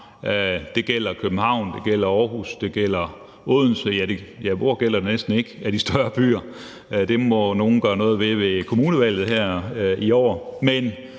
det gælder Aarhus, det gælder Odense, ja, hvor gælder det næsten ikke i de større byer – det må nogen gøre noget ved ved kommunevalget her